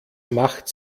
macht